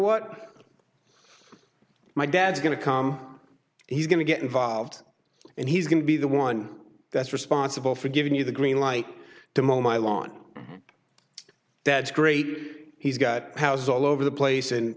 what my dad's going to come he's going to get involved and he's going to be the one that's responsible for giving you the green light to mow my lawn that's great he's got houses all over the place and